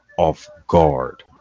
off-guard